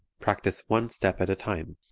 practice one step at a time.